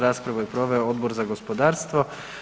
Raspravu je proveo Odbor za gospodarstvo.